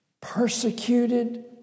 Persecuted